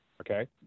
okay